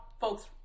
folks